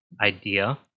idea